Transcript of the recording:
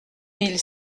mille